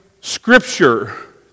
scripture